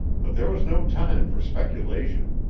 but there was no time for speculation.